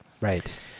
Right